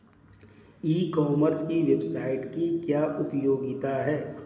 ई commerce की website की क्या उपयोगिता है?